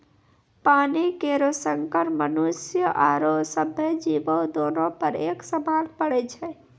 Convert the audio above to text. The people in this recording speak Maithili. पानी केरो संकट मनुष्य आरो सभ्भे जीवो, दोनों पर एक समान पड़ै छै?